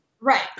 Right